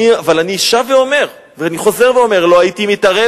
אבל אני שב ואומר ואני חוזר ואומר: לא הייתי מתערב